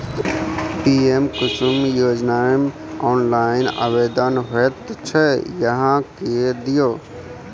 PM Kusum योजनामे online आवेदन होइत छै अहाँ कए दियौ